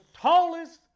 tallest